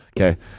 Okay